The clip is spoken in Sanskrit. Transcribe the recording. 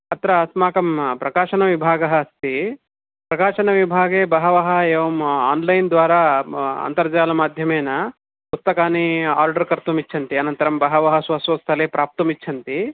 अत्र अस्माकं प्रकाशनविभागः अस्ति प्रकाशनविभागे बहवः एवम् आन्लैन्द्वारा अन्तर्जालमाध्यमेन पुस्तकानि आर्डर् कर्तुम् इच्छन्ति अनन्तरं बहवः स्व स्वस्थले प्राप्तुमिच्छन्ति